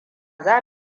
za